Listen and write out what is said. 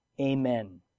Amen